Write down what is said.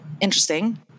Interesting